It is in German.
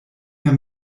mehr